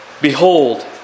Behold